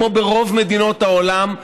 כמו ברוב מדינות העולם,